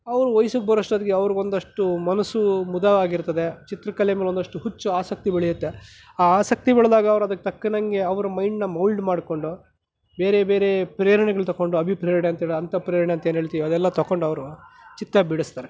ಅವರು ವಯಸ್ಸಿಗೆ ಬರೋಷ್ಟೊತ್ತಿಗೆ ಅವರು ಒಂದಷ್ಟು ಮನಸ್ಸು ಮುದವಾಗಿರ್ತದೆ ಚಿತ್ರಕಲೆ ಮೇಲೆ ಒಂದಷ್ಟು ಹುಚ್ಚು ಆಸಕ್ತಿ ಬೆಳೆಯುತ್ತೆ ಆ ಆಸಕ್ತಿ ಬೆಳೆದಾಗ ಅವರು ಅದಕ್ಕೆ ತಕ್ಕಂಗೆ ಅವರು ಮೈಂಡ್ನ ಮೊಲ್ಡ್ ಮಾಡಿಕೊಂಡು ಬೇರೆ ಬೇರೆ ಪ್ರೇರಣೆಗಳು ತೊಗೊಂಡು ಅಭಿ ಪ್ರೇರಣೆ ಅಂತ ಪ್ರೇರಣೆ ಏನು ಹೇಳ್ತೀವಿ ಎಲ್ಲ ತೊಗೊಂಡು ಅವರು ಚಿತ್ರ ಬಿಡಿಸ್ತಾರೆ